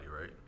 right